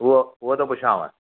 उहा उहा थो पुछांव